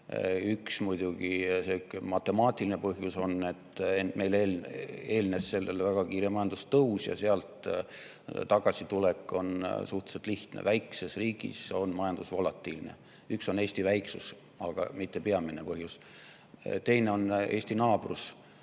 kõige rohkem. Üks, matemaatiline põhjus on muidugi, et meil eelnes sellele väga kiire majandustõus ja sealt tagasitulek on suhteliselt lihtne. Väikses riigis on majandus volatiilne. Eesti väiksus on üks, aga mitte peamine põhjus. Teine on Eesti naabrus.